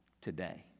today